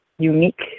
Unique